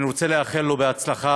אני רוצה לאחל לו הצלחה